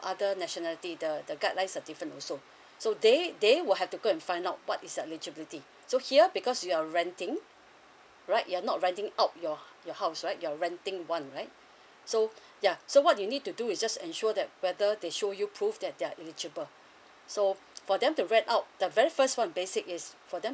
other nationality the the guidelines are different also so they they will have to go and find out what is the eligibility so here because you're renting right you're not renting out your your house right you're renting one right so yeah so what you need to do is just ensure that whether they show you prove that they are eligible so for them to rent out the very first one basic is for them